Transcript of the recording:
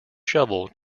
shovel